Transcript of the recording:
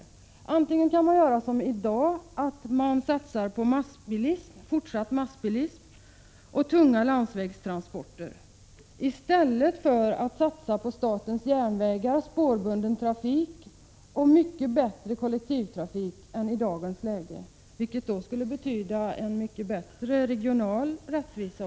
Man kan göra som i dag och satsa på fortsatt massbilism och tunga landsvägstransporter i stället för att satsa på statens järnvägar, spårbunden trafik och mycket bättre kollektivtrafik än i dagens läge, vilket också skulle betyda en mycket bättre regional rättvisa.